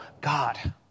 God